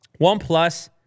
OnePlus